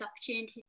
opportunities